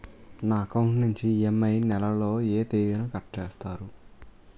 నా అకౌంట్ నుండి ఇ.ఎం.ఐ నెల లో ఏ తేదీన కట్ చేస్తారు?